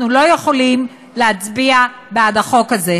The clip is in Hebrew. אנחנו לא יכולים להצביע בעד החוק הזה.